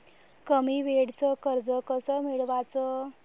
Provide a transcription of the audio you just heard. कमी वेळचं कर्ज कस मिळवाचं?